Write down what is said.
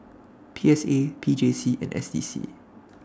P S A P J C and S D C